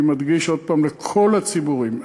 אני מדגיש עוד פעם, לכל הציבורים.